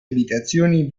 abitazioni